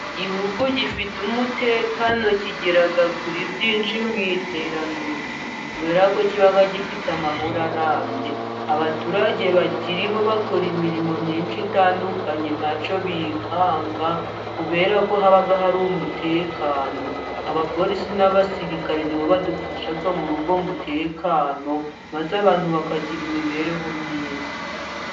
Igihugu gifite umutekano kigera kuri byinshi mu iterambere kubera ko kiba gifite amahoro arambye, abaturage bakirimo bakora imirimo myinshi itandukanye nta cyo bikanga, kubera ko haba hari umutekano, abapolisi n'abasirikare ni bo badufasha muri uwo mutekano, maze abantu bakagira imibereho myiza.